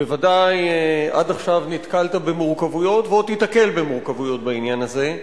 בוודאי עד עכשיו נתקלת במורכבויות ועוד תיתקל במורכבויות בעניין הזה,